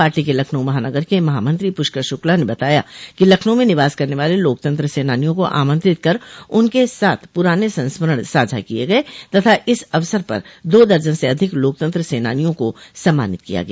party के लखनऊ महानगर के महामंत्री पुष्कर शुक्ला ने बताया कि लखनऊ में निवास करने वाले लोकतंत्र सेनानियों को आमंत्रित कर उनके साथ प्राने संस्मरण साझा किये गये तथा इस अवसर पर दो दर्जन से अधिक लोकतंत्र सेनानियों को सम्मानित किया गया